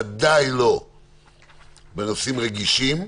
ודאי לא בנושאים רגישים,